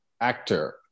actor